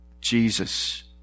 Jesus